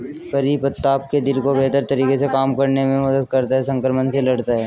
करी पत्ता आपके दिल को बेहतर तरीके से काम करने में मदद करता है, संक्रमण से लड़ता है